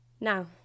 Now